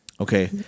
Okay